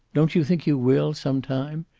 don't you think you will, some time?